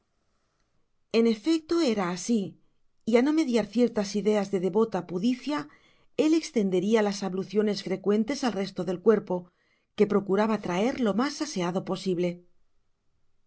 en efecto era así y a no mediar ciertas ideas de devota pudicicia él extendería las abluciones frecuentes al resto del cuerpo que procuraba traer lo más aseado posible